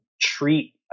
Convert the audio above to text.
treat